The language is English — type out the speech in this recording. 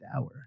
hour